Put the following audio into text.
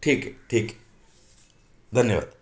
ठीक आहे ठीक आहे धन्यवाद